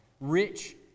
rich